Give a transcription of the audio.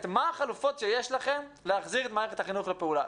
החלופות שיש לכם להחזיר את מערכת החינוך לפעולה.